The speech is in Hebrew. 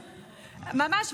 ממש,